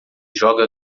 joga